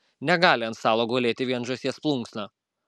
negali ant stalo gulėti vien žąsies plunksna